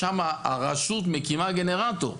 שם הרשות מקימה גנרטור.